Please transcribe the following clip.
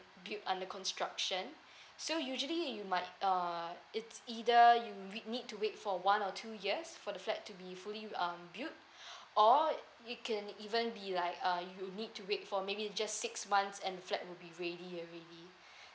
built under construction so usually you might uh it's either you we need to wait for one or two years for the flat to be fully um built or it can even be like uh you need to wait for maybe just six months and flat will be ready already